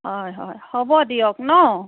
হয় হয় হ'ব দিয়ক ন